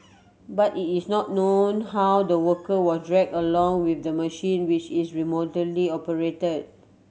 but it is not known how the worker was drag along with the machine which is remotely operated